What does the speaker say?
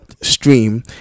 stream